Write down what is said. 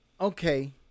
okay